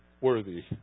worthy